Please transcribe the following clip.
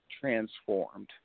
transformed